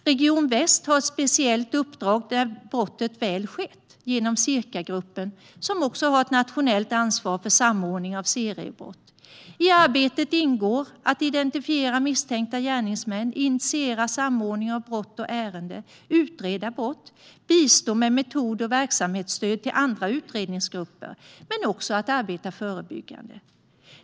Region Väst har ett speciellt uppdrag när brottet väl skett, genom Cirkagruppen, som också har ett nationellt ansvar för samordning av seriebrott. I arbetet ingår att identifiera misstänkta gärningsmän, initiera samordning av brott och ärenden, utreda brott, bistå med metod och verksamhetsstöd till andra utredningsgrupper men också att arbeta förebyggande.